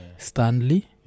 Stanley